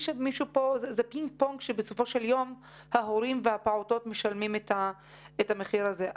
זה פינג-פונג שבסופו של יום ההורים והפעוטות משלמים את המחיר הזה.